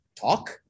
talk